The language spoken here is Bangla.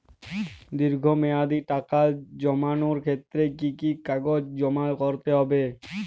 দীর্ঘ মেয়াদি টাকা জমানোর ক্ষেত্রে কি কি কাগজ জমা করতে হবে?